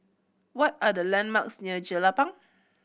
what are the landmarks near Jelapang